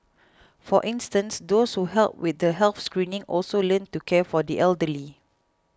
for instance those who helped with the health screenings also learnt to care for the elderly